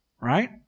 Right